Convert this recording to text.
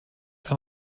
ein